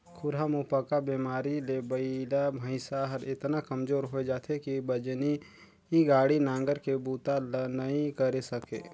खुरहा मुहंपका बेमारी ले बइला भइसा हर एतना कमजोर होय जाथे कि बजनी गाड़ी, नांगर के बूता ल नइ करे सके